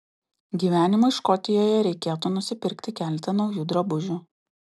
gyvenimui škotijoje reikėtų nusipirkti keletą naujų drabužių